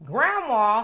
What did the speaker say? Grandma